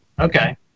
Okay